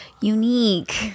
unique